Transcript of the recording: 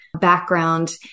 background